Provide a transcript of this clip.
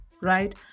right